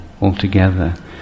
altogether